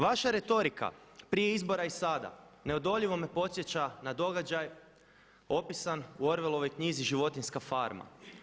Vaša retorika prije izbora i sada neodoljivo me podsjeća na događaj opisan u Orwellovoj knjizi „Životinjska farma“